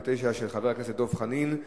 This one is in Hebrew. של חבר הכנסת דב חנין.